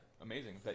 amazing